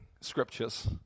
scriptures